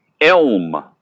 Elm